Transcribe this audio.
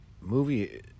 movie